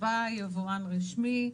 בוא יבואן רשמי,